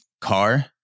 car